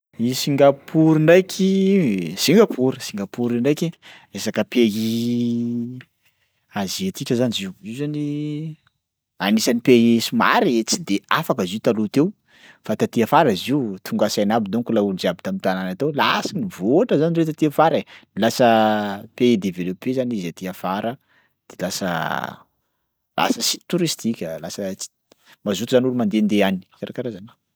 I Singapour ndraiky Singapour, Singapour io ndraiky resaka pays aziatika zany zio. Io zany anisan'ny pays somary tsy de afaka zio taloha teo fa taty afara izy io tonga saina aby donko laolo jiaby tam'tanàna tao, lasa nivoatra zany ndreo taty afara e, lasa pays développé zany izy aty afara dia lasa lasa site touristique, lasa ts- mazoto zany olo mandehandeha any, karakaraha zany.